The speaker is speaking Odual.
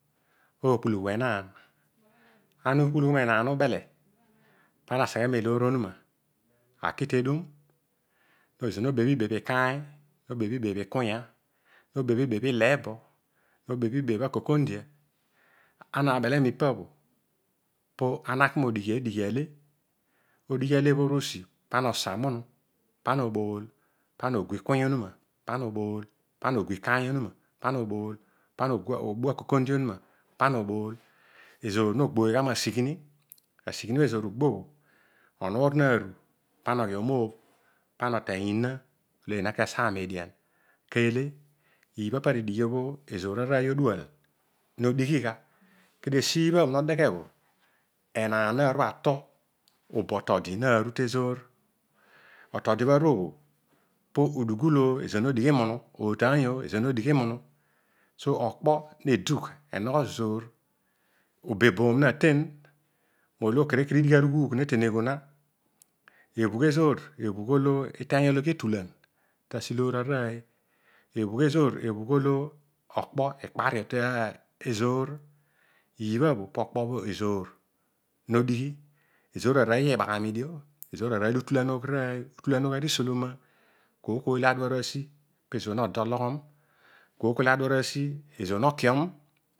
Po okpulughu enaan ana uak pulughu menaan ubele ubele pana asegh eloor onuma aki tedum. Ezor no bebh ibebh ibebh ikaaiy. no bebh ibebh ikanya. no bebh ibebh akokondia. no bebh ibebh ileebo ana bele mipa bho pana ki mo dighi ale. Ana ugbo malebho ughi usi pana osa. pana obool pana ogu okaiy onuma pana obool pana ogu okaiy onuma pana obool pana obu akokondia onuma panobool ezoor noghoiy gha risighini. onuur naaru pana omoobh oteiy ina lo eena kesaa edian. Esiibha bho kuabho enaan na ru ato. otodi naru. so okpo nedugh enogho zoor ebw+gh ezoor ebhuugh olo iteiy etmlan taloor aroiy. Ebhuugh ezoor ebuugh olo okpo ikpario tezoor ilibha pokpobho ezoor no dighi. Ezoor aroiy iibaghamidio. ezoor aroiy lo utulanogh rooy. kooy kooy la dua aru asi pezoor no da ologhom. kooy kooy laadu aru asi pezoor nokiom